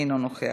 אינו נוכח.